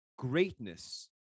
Greatness